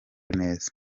neza